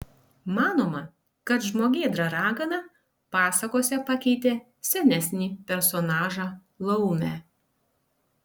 manoma kad žmogėdra ragana pasakose pakeitė senesnį personažą laumę